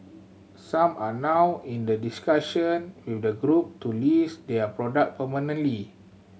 some are now in the discussion with the Group to list their product permanently